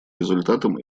результатом